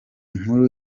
nkuru